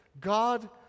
God